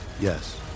Yes